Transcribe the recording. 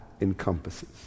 encompasses